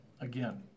again